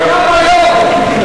זה קיים היום.